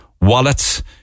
wallets